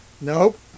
Nope